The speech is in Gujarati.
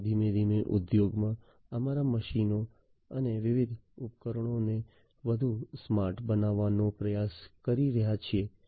અમે ધીમે ધીમે ઉદ્યોગમાં અમારા મશીનો અને વિવિધ ઉપકરણોને વધુ સ્માર્ટ બનાવવાનો પ્રયાસ કરી રહ્યા છીએ